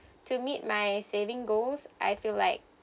to meet my saving goals I feel like